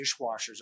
dishwashers